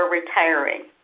retiring